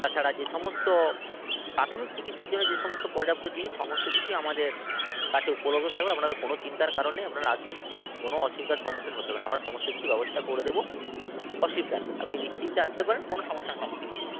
তাছাড়া যে সমস্ত প্রাথমিক চিকিৎসার জন্য যে সমস্ত পর্যাপ্ত জিনিস সমস্ত কিছুই আমাদের কাছে উপলব্ধ থাকবে আপনাদের কোনও চিন্তার কারণ নেই আপনারা আসুন কোনও অসুবিধার সম্মুখীন হতে হবে না আমরা সমস্ত কিছু ব্যবস্থা করে দেবো অসুবিধা নেই আপনি নিশ্চিন্তে আসতে পারেন কোনও সমস্যার সম্মুখীন হতে হবে না